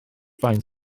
faint